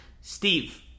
Steve